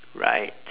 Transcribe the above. right